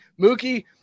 Mookie